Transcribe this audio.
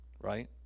Right